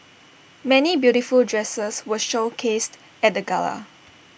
many beautiful dresses were showcased at the gala